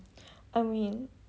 I mean